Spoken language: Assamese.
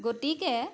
গতিকে